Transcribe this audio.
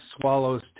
swallow's